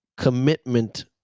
Commitment